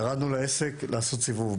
ירדנו לעסק לעשות סיבוב.